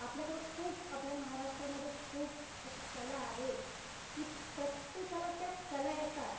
आपल्याकडं खूप आपल्या महाराष्ट्रामध्ये खूप अशा कला आहेत की प्रत्येकाला त्या कला येतात